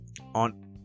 on